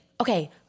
okay